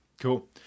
Cool